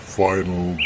final